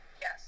Yes